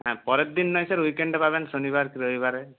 হ্যাঁ পরের দিন নয় স্যার উইক এন্ডে পাবেন শনিবার কি রবিবারে